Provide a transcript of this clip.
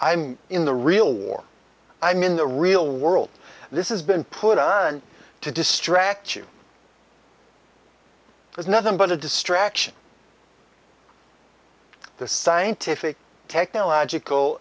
i'm in the real war i'm in the real world this is been put on to distract you it's nothing but a distraction the scientific technological